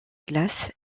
glace